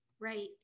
Right